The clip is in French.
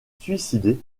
suicider